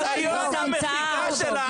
ניסיון המחיקה של העם הפלסטיני כשל.